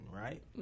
right